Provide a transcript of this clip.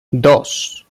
dos